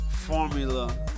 Formula